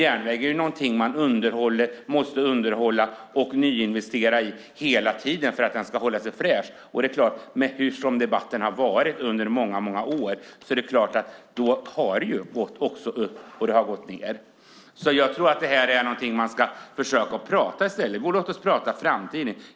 Järnvägen är något man måste underhålla och nyinvestera i hela tiden för att den ska hållas fräsch, men som debatten har varit under många år har det gått upp och ned. Det här är något vi ska försöka prata om i stället. Låt oss prata framtid.